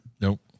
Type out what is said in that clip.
Nope